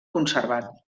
conservat